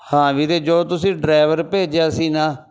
ਹਾਂ ਵੀਰੇ ਜੋ ਤੁਸੀਂ ਡਰਾਇਵਰ ਭੇਜਿਆ ਸੀ ਨਾ